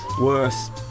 Worse